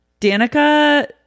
Danica